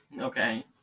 okay